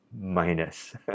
minus